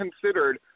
considered